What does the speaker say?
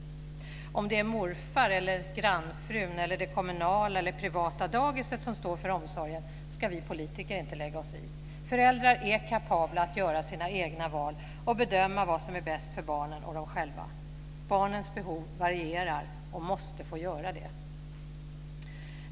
Om det är morfar, grannfrun, det kommunala eller privata dagiset som står för omsorgen ska vi politiker inte lägga oss i. Föräldrar är kapabla att göra sina egna val och bedöma vad som är bäst för barnen och dem själva. Barnens behov varierar och måste få göra det.